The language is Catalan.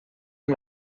amb